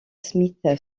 smith